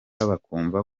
bakumva